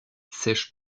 sèches